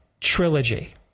trilogy